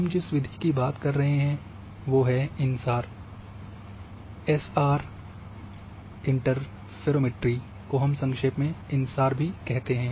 हम जिस विधि की बात कर रहे हैं वो है इनसार एसएआर इंटरफेरोमेट्री को हम संक्षेप इनसार कहते हैं